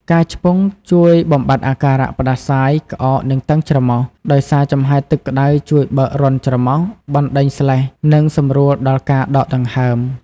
ការឆ្ពង់ជួយបំបាត់អាការៈផ្តាសាយ ក្អក និងតឹងច្រមុះ ដោយសារចំហាយទឹកក្តៅជួយបើករន្ធច្រមុះ បណ្តេញស្លេស្ម និងសម្រួលដល់ការដកដង្ហើម។